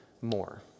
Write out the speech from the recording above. more